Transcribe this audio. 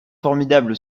formidable